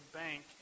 bank